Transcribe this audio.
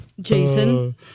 Jason